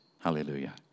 Hallelujah